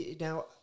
Now